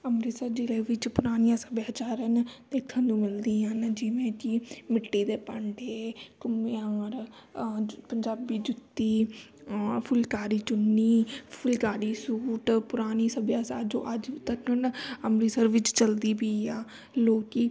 ਅੰਮ੍ਰਿਤਸਰ ਜ਼ਿਲ੍ਹੇ ਵਿੱਚ ਪੁਰਾਣੀਆਂ ਸੱਭਿਆਚਾਰ ਦੇਖਣ ਨੂੰ ਮਿਲਦੀਆਂ ਹਨ ਜਿਵੇਂ ਕਿ ਮਿੱਟੀ ਦੇ ਭਾਂਡੇ ਘੁਮਿਆਰ ਅ ਜੁੱ ਪੰਜਾਬੀ ਜੁੱਤੀ ਫੁਲਕਾਰੀ ਚੁੰਨੀ ਫੁਲਕਾਰੀ ਸੂਟ ਪੁਰਾਣੀ ਸੱਭਿਅਤਾ ਜੋ ਅੱਜ ਤੱਕ ਅੰਮ੍ਰਿਤਸਰ ਵਿੱਚ ਚਲਦੀ ਪਈ ਆ ਲੋਕ